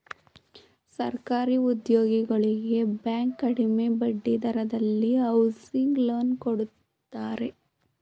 ಸರ್ಕಾರಿ ಉದ್ಯೋಗಿಗಳಿಗೆ ಬ್ಯಾಂಕ್ ಕಡಿಮೆ ಬಡ್ಡಿ ದರದಲ್ಲಿ ಹೌಸಿಂಗ್ ಲೋನ್ ಕೊಡುತ್ತಾರೆ